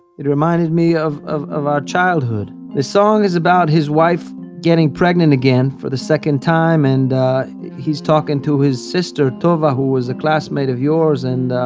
it reminded me of of our childhood. the song is about his wife getting pregnant again, for the second time, and he's talking to his sister, tova, who was a classmate of yours and